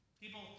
People